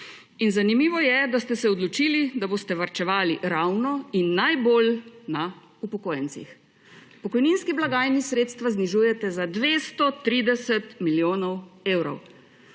Zanimivo je, da ste se odločili, da boste varčevali ravno in najbolj na upokojencih. Pokojninski blagajni sredstva znižujete za 230 milijonov evrov.